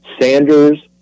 Sanders